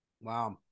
Wow